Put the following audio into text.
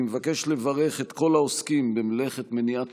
אני מבקש לברך את כל העוסקים במלאכת מניעת